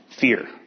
fear